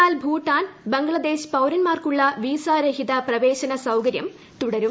എന്നാൽ ഭൂട്ടാൻ ബംഗ്ലാദേശ പൌരന്മാർക്കുള്ള വിസ രഹിത പ്രവേശന സൌകര്യം തുടരും